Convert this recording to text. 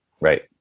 Right